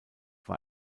war